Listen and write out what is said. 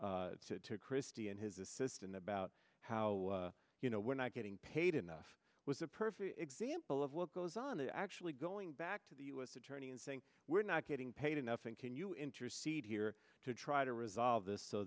complaining to christie and his assistant about how you know we're not getting paid enough was a perfect example of what goes on is actually going back to the u s attorney and saying we're not getting paid enough and can you intercede here to try to resolve this so